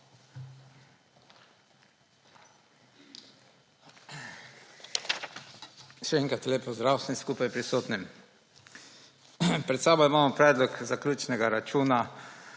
Še enkrat lep pozdrav vsem skupaj prisotnim. Pred sabo imamo Predlog zaključnega računa